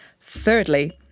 Thirdly